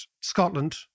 Scotland